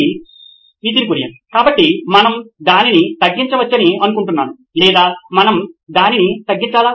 Nitin Kurian COO నోయిన్ electronics కాబట్టి మనం దానిని తగ్గించ వచ్చని అనుకుంటున్నాను లేదా మనం దానిని తగ్గించాలా